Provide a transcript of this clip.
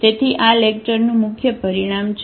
તેથી તે આ લેક્ચરનું મુખ્ય પરિણામ છે